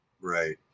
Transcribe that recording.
right